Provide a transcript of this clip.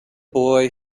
boy